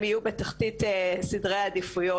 הן יהיו בתחתית סדרי העדיפויות,